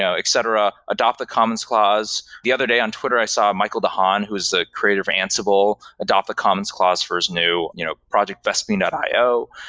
etc, adopt the commons clause. the other day on twitter i saw michael dehaan, who is the creator of ansible, adopt the commons clause first new you know project, vesping io.